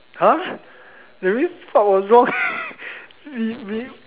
!huh! that means this part was wrong we we